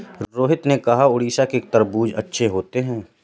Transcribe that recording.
रोहित ने कहा कि उड़ीसा के तरबूज़ अच्छे होते हैं